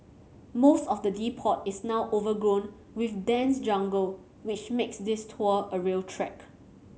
most of the depot is now overgrown with dense jungle which makes this tour a real trek